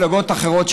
מפלגות אחרות: